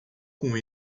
com